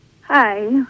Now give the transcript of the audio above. Hi